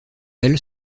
elles